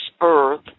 earth